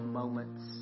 moments